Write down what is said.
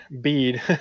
bead